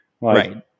Right